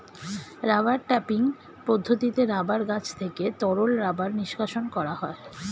rubber tapping পদ্ধতিতে rubber গাছ থেকে তরল রাবার নিষ্কাশণ করা হয়